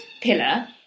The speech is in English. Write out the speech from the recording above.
pillar